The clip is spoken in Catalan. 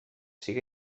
siga